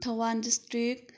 Thoubal district